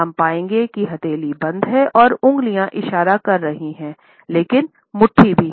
हम पाएंगे कि हथेली बंद है और उंगलियां इशारा कर रही हैं लेकिन मुट्ठी भी है